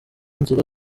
nzira